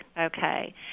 Okay